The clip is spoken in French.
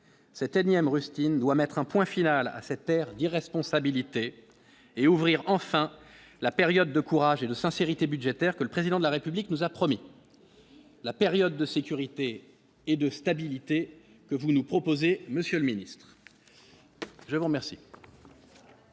cette nième rustine doit mettre un point final à cette période d'irresponsabilité et ouvrir enfin la période de courage et de sincérité budgétaire que le président de la République nous a promis la période de sécurité et de stabilité que vous nous proposez, Monsieur le Ministre, je vous remercie.